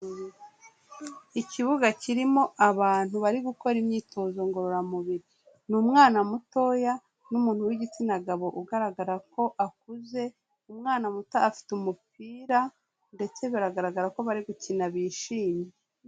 Ikibuga kirimo abantu bari gukora imyitozo ngororamubiri, ni umwana mutoya, n'umuntu w'igitsina gabo ugaragara ko akuze, umwana muto afite umupira, ndetse biragaragara ko bari gukina bishimye.